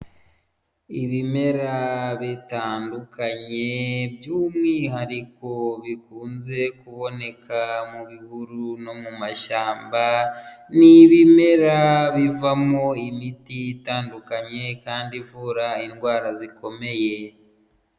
Ibimera bitandukanye by'umwihariko bikunze kuboneka mu bihuru no mu mashyamba ni ibimera bivamo imiti itandukanye kandi ivura indwara zikomeye.